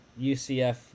UCF